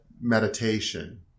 meditation